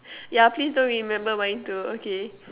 yeah please don't remember mine too okay